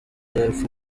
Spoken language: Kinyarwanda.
y’epfo